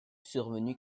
survenu